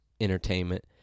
entertainment